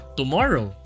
tomorrow